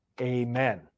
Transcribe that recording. Amen